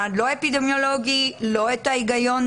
לא את ההיגיון